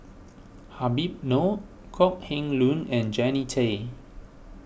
Habib Noh Kok Heng Leun and Jannie Tay